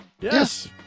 Yes